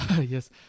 Yes